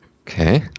Okay